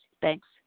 thanks